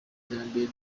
iterambere